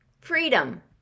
Freedom